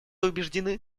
убеждены